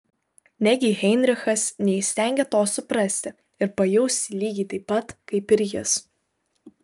negi heinrichas neįstengia to suprasti ir pajausti lygiai taip pat kaip ir jis